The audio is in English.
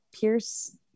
Pierce